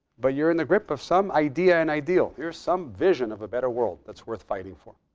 but you're in the grip of some idea and ideal. here's some vision of a better world that's worth fighting for.